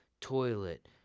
toilet